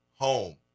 home